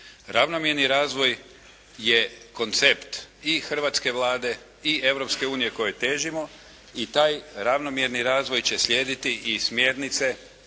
Ravnomjerni razvoj je koncept i hrvatske Vlade i Europske unije kojoj težimo i taj ravnomjerni razvoj će slijediti i smjernice